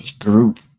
group